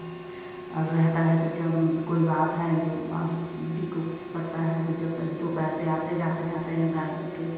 रहता है तो जम कोई बात है जो हो भी कुछ सकता है तो जब पर दो पैसे आते जाते रेहते हैं गाय ले कर